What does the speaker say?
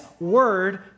word